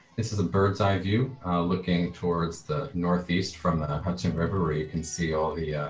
this is a bird's eye view looking towards the northeast from the hudson river. you can see all the,